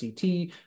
CT